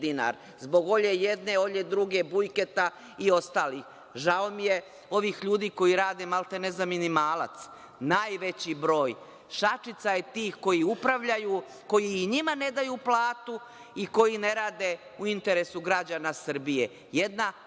dinar. Zbog Olje jedne, Olje druge, Bujketa i ostalih. Žao mi je ovih ljudi koji rade maltene za minimalac, najveći je broj. Šačica je tih koji upravljaju, koji i njima ne daju platu i koji ne rade u interesu građana Srbije. Jedna